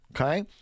Okay